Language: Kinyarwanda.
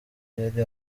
yari